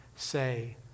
Say